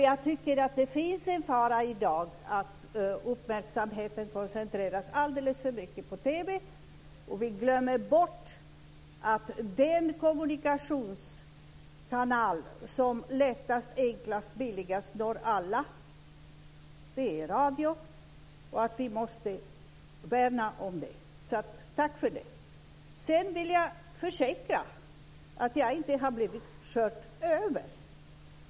Jag tycker att det finns en fara i dag att uppmärksamheten koncentreras alldeles för mycket på TV, och vi glömmer bort att den kommunikationskanal som enklast och billigast slår alla är radion och att vi måste värna om den. Tack för det! Sedan vill jag försäkra att jag inte har blivit överkörd.